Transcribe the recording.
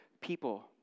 people